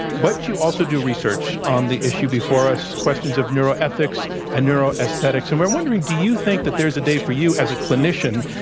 but you also do research on the issue before us, questions of neuroethics and neuroaesthetics. and we're wondering, do you think that there's a dayfor you, as a clinician,